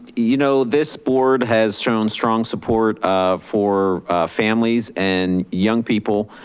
you know, this board has shown strong support um for families and young people.